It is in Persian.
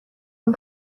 اون